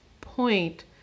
point